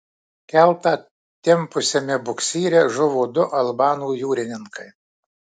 keltą tempusiame buksyre žuvo du albanų jūrininkai